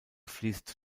fließt